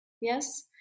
yes